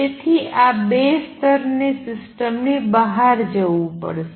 તેથી આ બે સ્તરની સિસ્ટમની બહાર જવું પડશે